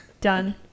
Done